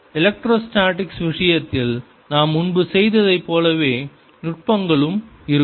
electrostatics விஷயத்தில் நாம் முன்பு செய்ததைப் போலவே நுட்பங்களும் இருக்கும்